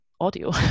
audio